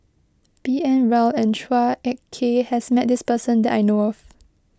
B N Rao and Chua Ek Kay has met this person that I know of